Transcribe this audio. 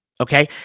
Okay